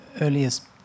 earliest